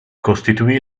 costituì